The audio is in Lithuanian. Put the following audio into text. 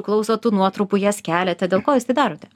klausot tų nuotrupų jas keliate dėl ko jūs tai darote